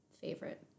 favorite